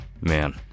man